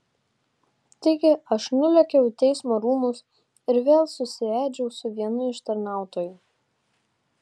taigi aš nulėkiau į teismo rūmus ir vėl susiėdžiau su vienu iš tarnautojų